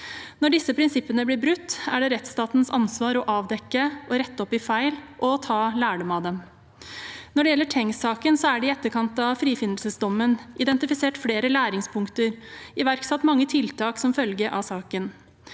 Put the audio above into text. Når disse prinsippene blir brutt, er det rettsstatens ansvar å avdekke og rette opp i feil, og ta lærdom av dem. Når det gjelder Tengs-saken, er det i etterkant av frifinnelsesdommen identifisert flere læringspunkter og iverksatt mange tiltak som følge av saken.